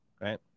right